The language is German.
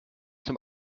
zum